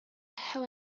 hell